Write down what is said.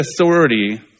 authority